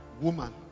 Woman